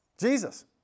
Jesus